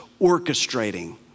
orchestrating